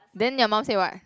then your mum say what